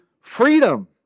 freedom